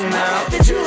now